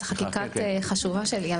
זאת חקיקה חשובה שלי,